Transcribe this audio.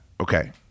okay